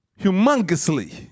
humongously